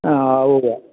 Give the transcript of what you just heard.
ആ ഉവ്വവ്വ